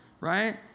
right